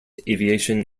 aviation